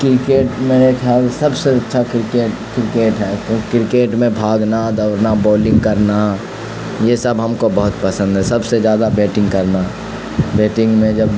cricket میرے خیال سب سے اچھا کرکٹ کرکٹ ہے تو کرکٹ میں بھاگنا دوڑنا بولنگ کرنا یہ سب ہم کو بہت پسند ہے سب سے زیادہ بیٹنگ کرنا بیٹنگ میں جب